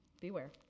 beware